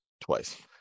Twice